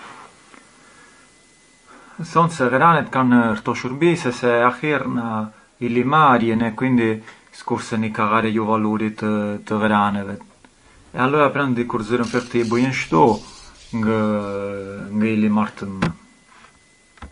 Thon se ghranet kann këto shurbise se ahierna i limarjën e quindi skurseni kallarej u valuri të ghranevet, allura kur zunë fill të i bujën ashtu ngë i limartën më.